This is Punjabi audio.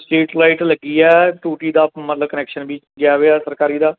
ਸਟ੍ਰੀਟ ਲਾਈਟ ਲੱਗੀ ਹੈ ਟੂਟੀ ਦਾ ਮਤਲਬ ਕਨੈਕਸ਼ਨ ਵੀ ਪਿਆ ਵਾ ਸਰਕਾਰੀ ਦਾ